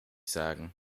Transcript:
sagen